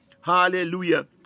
hallelujah